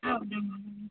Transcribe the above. ಹೌದು ಮೇಡಮ್